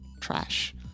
trash